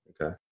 Okay